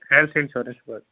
health insurance ਬਾਰੇ